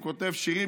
הוא כותב שירים.